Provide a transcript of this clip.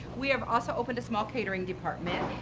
we have also opened a small catering department,